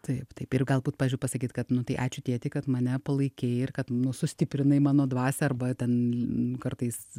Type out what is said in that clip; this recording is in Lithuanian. taip taip ir galbūt pavyzdžiui pasakyt kad nu tai ačiū tėti kad mane palaikei ir kad nu sustiprinai mano dvasią arba ten kartais